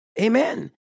Amen